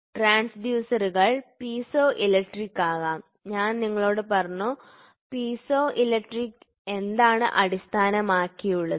ട്രാൻസ്ഫ്യൂസറുകൾ piezo electric ആകാം ഞാൻ നിങ്ങളോട് പറഞ്ഞു പീസോ ഇലക്ട്രിക് എന്താണ് അടിസ്ഥാനമാക്കിയുള്ളത്